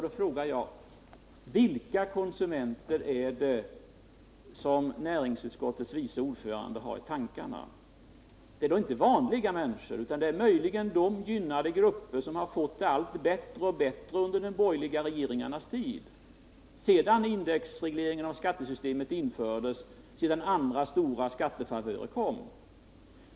Då frågar jag: Vilka konsumenter är det som näringsutskottets vice ordförande har i tankarna? Det kan inte vara vanliga människor, utan det är möjligen de gynnade grupper som har fått det bättre och bättre under de borgerliga regeringarnas tid sedan indexregleringen av skattesystemet infördes och sedan andra stora skattefavörer kom till.